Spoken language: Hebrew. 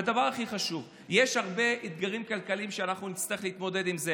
והדבר הכי חשוב: יש הרבה אתגרים כלכליים שאנחנו נצטרך להתמודד איתם.